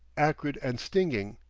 acrid, and stinging.